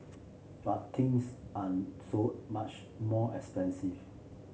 but things are so much more expensive